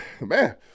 Man